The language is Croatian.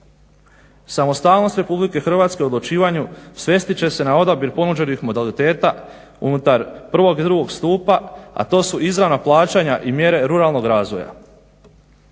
Samostalnost RH u odlučivanju svesti će se na odabir ponuđenih modaliteta unutar 1. i 2. stupa, a to su izravna plaćanja i mjere ruralnog razvoja.